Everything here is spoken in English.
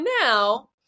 now